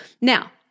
Now